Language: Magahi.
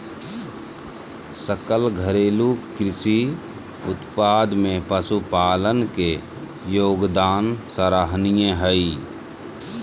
सकल घरेलू कृषि उत्पाद में पशुपालन के योगदान सराहनीय हइ